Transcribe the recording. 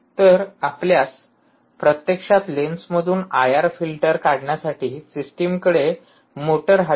तर आपल्यास प्रत्यक्षात लेन्समधून आयआर फिल्टर काढण्यासाठी सिस्टमकडे मोटर हवी आहे